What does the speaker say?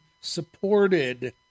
supported